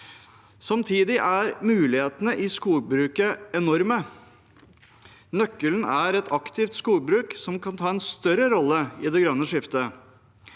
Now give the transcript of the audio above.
Samtidig er mulighetene i skogbruket enorme. Nøkkelen er et aktivt skogbruk som kan ta en større rolle i det grønne skiftet.